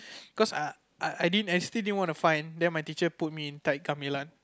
cause I I I didn't actually didn't want to find then my teacher put me in